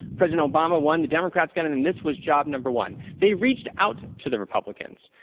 president obama won, the democrats got in and this was job number one. they reached out to the republicans.